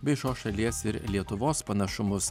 bei šios šalies ir lietuvos panašumus